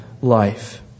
life